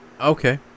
okay